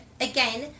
again